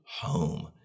home